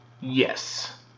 Yes